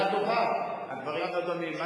שאלה טובה מאוד, הדברים לא דומים.